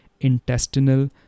intestinal